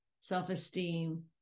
self-esteem